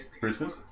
Brisbane